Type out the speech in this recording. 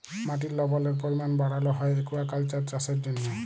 মাটির লবলের পরিমাল বাড়ালো হ্যয় একুয়াকালচার চাষের জ্যনহে